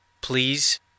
Please